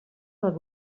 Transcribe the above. del